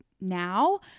now